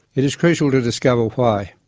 it is crucial to discover why.